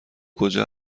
کجا